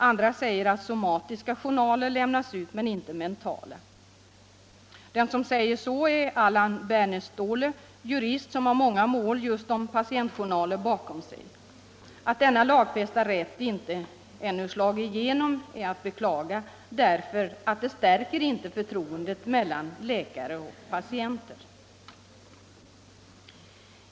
Andra säger att somatiska journaler lämnas ut, men inte mentala. Så säger Allan Bernståhle, en jurist som har många mål om just patientjournaler bakom sig. Att denna lagfästa rätt ännu inte slagit igenom är att beklaga därför att det inte stärker förtroendet mellan läkare och patienter.